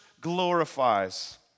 Glorifies